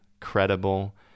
credible